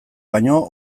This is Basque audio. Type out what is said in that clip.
baino